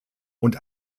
und